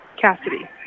Cassidy